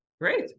Great